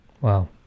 Wow